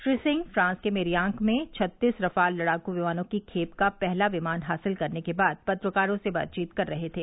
Shri Singh France के Merignac में छत्तीस रफ़ाल लड़ाकू विमानों की खेप का पहला विमान हासिल करने के बाद पत्रकारों से बातचीत कर रहे थे